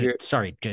sorry